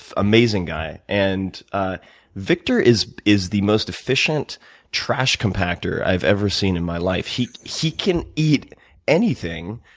amazing guy. and ah victor is is the most efficient trash compactor i've ever seen in my life. he he can eat anything,